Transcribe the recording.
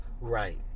Right